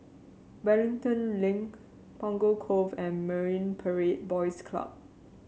Wellington Link Punggol Cove and Marine Parade Boys Club